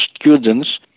students